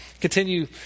continue